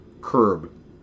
curb